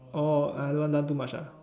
the other one done too much